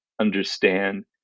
understand